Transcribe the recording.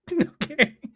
Okay